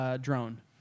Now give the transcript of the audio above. drone